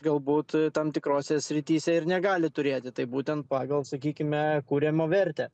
galbūt tam tikrose srityse ir negali turėti tai būtent pagal sakykime kuriamą vertę